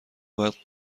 باید